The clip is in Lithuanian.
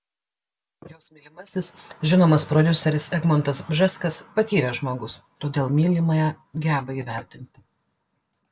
jos mylimasis žinomas prodiuseris egmontas bžeskas patyręs žmogus todėl mylimąją geba įvertinti